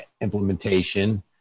implementation